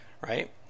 right